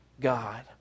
God